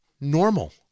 Normal